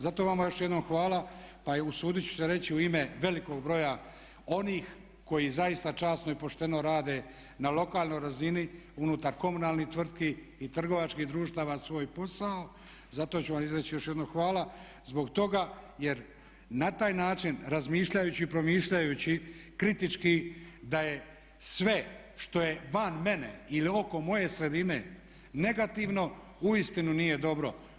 Zato vama još jednom hvala pa usudit ću se reći u ime velikog broja onih koji zaista časno i pošteno rade na lokalnoj razini unutar komunalnih tvrtki i trgovačkih društava svoj posao zato ću vam izreći još jednom hvala zbog toga jer na taj način razmišljajući i promišljajući kritički da je sve što je van mene ili oko moje sredine negativno uistinu nije dobro.